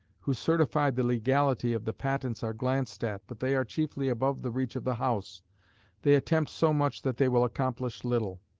who certified the legality of the patents are glanced at, but they are chiefly above the reach of the house they attempt so much that they will accomplish little.